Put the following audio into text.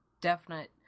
definite